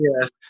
Yes